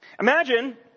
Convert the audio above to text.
Imagine